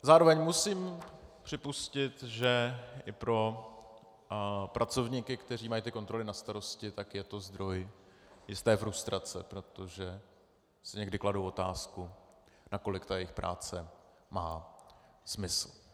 Zároveň musím připustit, že i pro pracovníky, kteří mají ty kontroly na starosti, je to zdroj jisté frustrace, protože si někdy kladou otázku, nakolik jejich práce má smysl.